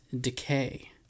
decay